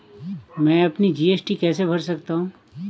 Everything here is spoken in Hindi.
मैं अपना जी.एस.टी कैसे भर सकता हूँ?